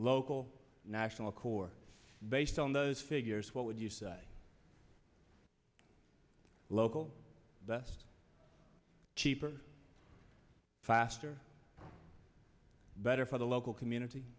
local national corps based on those figures what would you say local best cheaper faster better for the local community